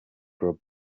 grub